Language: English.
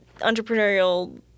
entrepreneurial